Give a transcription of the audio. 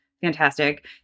fantastic